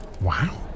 Wow